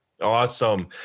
Awesome